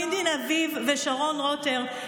דין דין אביב ושרון רוטר,